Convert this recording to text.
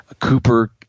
Cooper